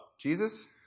Jesus